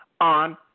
on